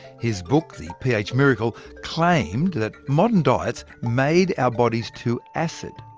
his book, the ph miracle, claimed that modern diets made our bodies too acid,